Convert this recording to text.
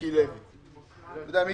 מיקי לוי: אתה יודע מיקי,